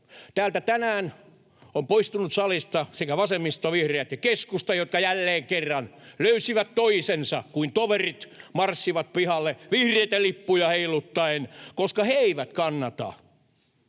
täältä salista ovat poistuneet vasemmisto, vihreät ja keskusta, jotka jälleen kerran löysivät toisensa: kuin toverit marssivat pihalle vihreitä lippuja heiluttaen, koska he eivät kannata